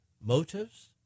motives